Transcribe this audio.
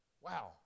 Wow